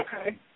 okay